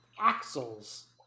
Axles